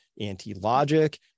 anti-logic